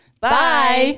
Bye